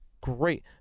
great